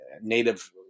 native